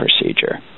procedure